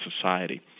society